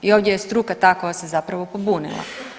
I ovdje je struka ta koja se zapravo pobunila.